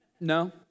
No